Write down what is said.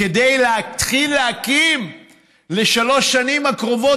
כדי להתחיל להקים לשלוש השנים הקרובות,